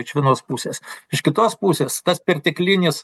iš vienos pusės iš kitos pusės tas perteklinis